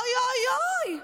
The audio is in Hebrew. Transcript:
אוי אוי אוי,